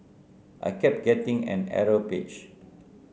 I kept getting an error page